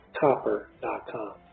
copper.com